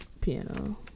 piano